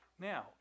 Now